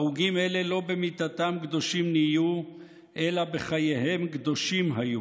הרוגים אלה לא במיתתם קדושים נהיו אלא בחייהם קדושים היו.